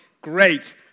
great